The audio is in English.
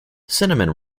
cinnamon